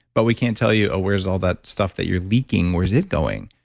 but we can't tell you where's all that stuff that you're leaking. where's it going?